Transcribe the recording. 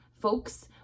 Folks